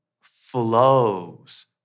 flows